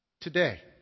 Today